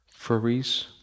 furries